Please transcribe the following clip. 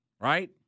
right